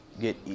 get